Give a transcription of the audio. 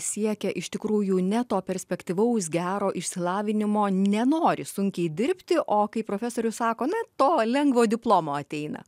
siekia iš tikrųjų ne to perspektyvaus gero išsilavinimo nenori sunkiai dirbti o kaip profesorius sako na to lengvo diplomo ateina